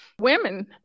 women